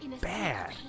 bad